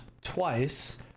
twice